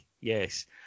Yes